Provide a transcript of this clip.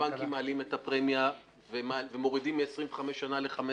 הבנקים מעלים את הפרמיה ומורידים מ-25 שנה ל-15